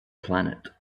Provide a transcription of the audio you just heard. planet